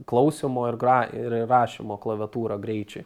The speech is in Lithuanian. klausymo ir gra ir rašymo klaviatūra greičiui